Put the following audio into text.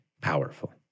powerful